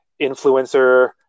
influencer